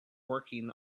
working